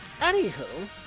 anywho